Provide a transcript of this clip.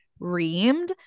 reamed